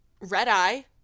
red-eye